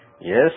Yes